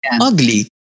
ugly